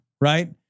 right